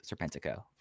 serpentico